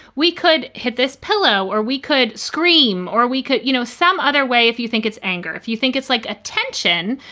we could hit this pillow or we could scream or we could, you know, some other way. if you think it's anger, if you think it's like attention,